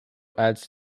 adds